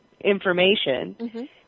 information